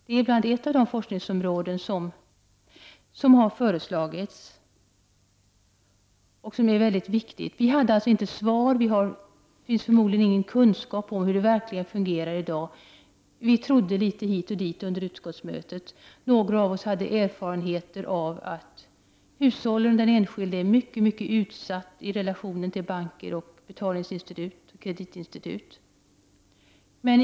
Det är ett av de forskningsområden som har föreslagits och som är väldigt viktigt. Vi hade inget svar då, och förmodligen finns det ingen kunskap om hur det verkligen fungerar i dag. Vi trodde litet hit och dit i utskottet. Några av oss hade erfarenheter och kunde tala om, att hushållen och de enskilda är mycket utsatta inför banker och betalningsinstitut.